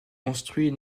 construit